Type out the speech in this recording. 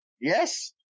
Yes